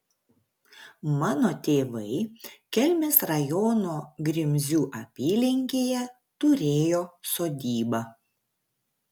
mano tėvai kelmės rajono grimzių apylinkėje turėjo sodybą